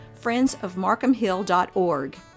friendsofmarkhamhill.org